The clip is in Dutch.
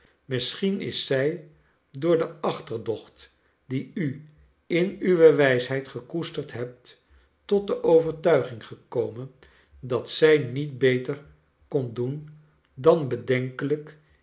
misschien is zij door de achterdocht die u in uwe wijsheid gekoesterd hebt tot de overtuiging gekomen dat zij niet beter kon doen dan bedektelijk